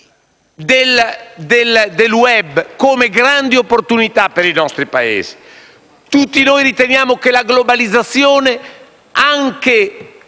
del *web* come grandi opportunità per i nostri Paesi; tutti noi riteniamo che la globalizzazione, anche